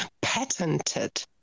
patented